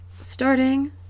Starting